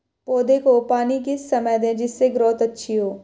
पौधे को पानी किस समय दें जिससे ग्रोथ अच्छी हो?